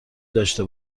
داشته